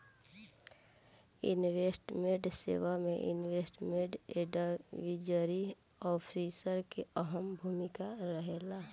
investment सेवा में investment advisory officer के अहम भूमिका रहेला